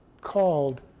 called